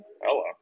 Hello